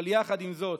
אבל יחד עם זאת,